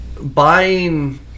buying